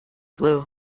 glue